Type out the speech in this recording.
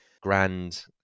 grand